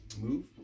move